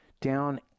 down